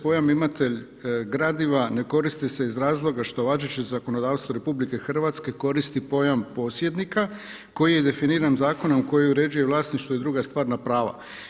Pojam „imatelj gradiva“ ne koristi se iz razloga što važeće zakonodavstvo RH koristi pojam „posjednika“ koji je definiran zakonom koji uređuje vlasništvo i druga stvarna prava.